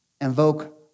invoke